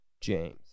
James